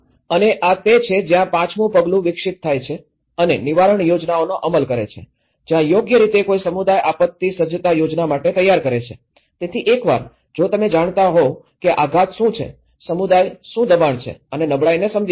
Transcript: અને આ તે છે જ્યાં પાંચમું પગલું વિકસિત થાય છે અને નિવારણ યોજનાઓનો અમલ કરે છે જ્યાં યોગ્ય રીતે કોઈ સમુદાય આપત્તિ સજ્જતા યોજના માટે તૈયાર કરે છે તેથી એકવાર જો તમે જાણતા હોવ કે આઘાત શું છે સમુદાય શું દબાણ છે અને નબળાઈને સમજી શકે છે